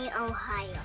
Ohio